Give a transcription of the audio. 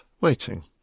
waiting